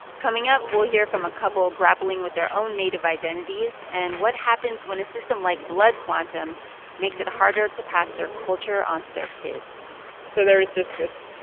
coming up, we'll hear from a couple grappling with their own native identities and what happens when a system like blood quantum makes it harder to pass their culture on to their kids so there is just this